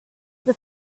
the